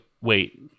wait